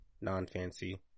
non-fancy